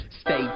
Stay